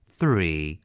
Three